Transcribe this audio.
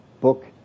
book